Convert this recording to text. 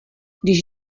když